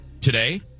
Today